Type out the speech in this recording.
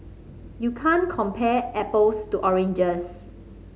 you can't compare apples to oranges